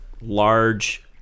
large